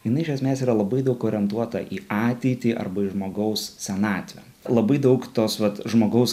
jinai iš esmės yra labai daug orientuota į ateitį arba į žmogaus senatvę labai daug tos vat žmogaus